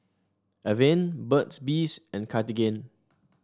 Avene Burt's Bees and Cartigain